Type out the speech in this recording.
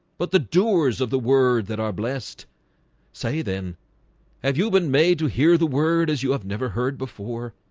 but the doers of the word that are blessed say then have you been made to hear the word as you have never heard before?